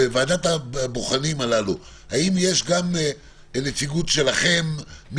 בוועדת הבוחנים הזאת, האם יש גם נציגות שלכם?